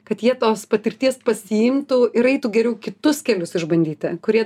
kad jie tos patirties pasiimtų ir aitų geriau kitus kelius išbandyti kurie